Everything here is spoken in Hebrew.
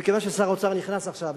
ומכיוון ששר האוצר נכנס עכשיו,